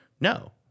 No